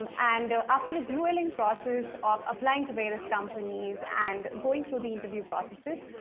um and after a grueling process of applying to various companies and going through the interview processes,